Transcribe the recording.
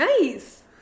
Nice